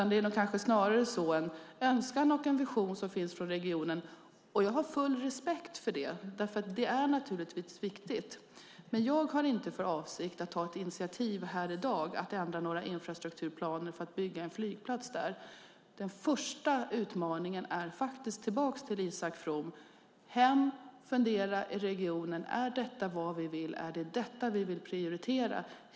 Det kanske snarare är en önskan och en vision som finns från regionen. Jag har full respekt för det eftersom det naturligtvis är viktigt. Men jag har inte för avsikt att ta ett initiativ här i dag att ändra några infrastrukturplaner för att bygga en flygplats där. Den första utmaningen ger jag tillbaka till Isak From: Gå hem och fundera i regionen på om det är detta man vill och om det är detta man vill prioritera.